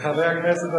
חבר הכנסת,